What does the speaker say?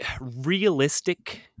realistic